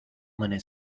many